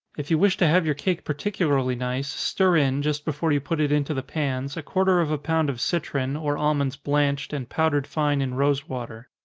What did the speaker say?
if you wish to have your cake particularly nice, stir in, just before you put it into the pans, a quarter of a pound of citron, or almonds blanched, and powdered fine in rosewater.